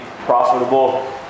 profitable